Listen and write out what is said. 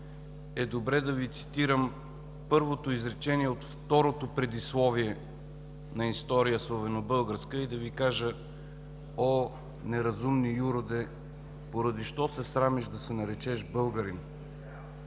е добре да Ви цитирам първото изречение от второто предисловие на „История славянобългарская” и да Ви кажа: „О, неразумни юроде, поради что се срамиш да се наречеш българин!”